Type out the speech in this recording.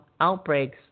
outbreaks